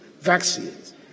vaccines